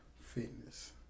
fitness